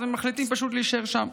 הם מחליטים להישאר שם.